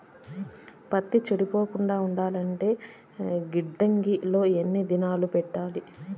పత్తి చెడిపోకుండా ఉండాలంటే గిడ్డంగి లో ఎన్ని దినాలు పెట్టాలి?